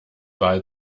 wahl